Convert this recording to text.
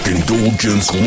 Indulgence